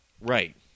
right